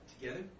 together